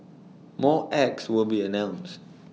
more acts will be announced